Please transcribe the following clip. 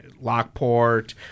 Lockport